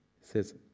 says